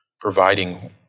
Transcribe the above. providing